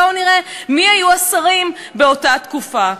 בואו נראה מי היו השרים באותה תקופה.